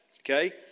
okay